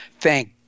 Thank